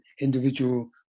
individual